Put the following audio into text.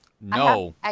No